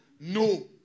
No